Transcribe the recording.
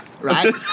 right